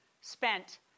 spent